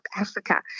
Africa